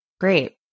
Great